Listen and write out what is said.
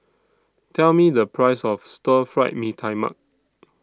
Tell Me The Price of Stir Fried Mee Tai Mak